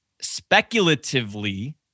Speculatively